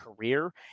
career